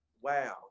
wow